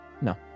No